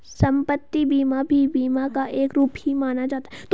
सम्पत्ति बीमा भी बीमा का एक रूप ही माना जाता है